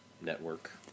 network